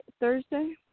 Thursday